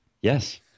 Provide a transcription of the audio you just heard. Yes